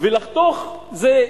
ולחתוך זה,